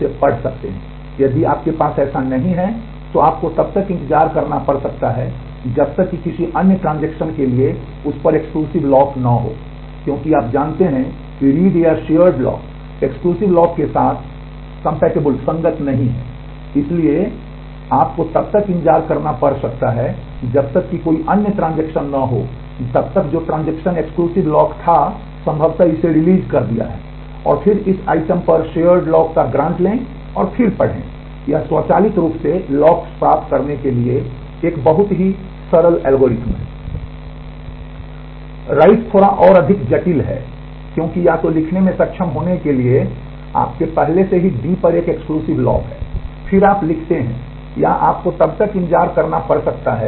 इसलिए आपको तब तक इंतजार करना पड़ सकता है जब तक कि कोई अन्य ट्रांजेक्शन प्राप्त करने के लिए एक बहुत ही सरल एल्गोरिथम है